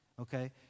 Okay